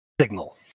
signal